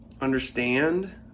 understand